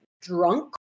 drunk